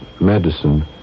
medicine